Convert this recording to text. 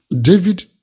David